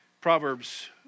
Proverbs